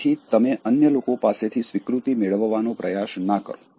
તેથી તમે અન્ય લોકો પાસેથી સ્વીકૃતિ મેળવવાનો પ્રયાસ ના કરો